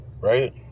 Right